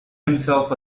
himself